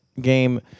game